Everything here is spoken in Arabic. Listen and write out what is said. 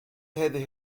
هذه